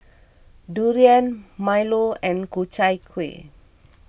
Durian Milo and Ku Chai Kueh